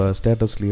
status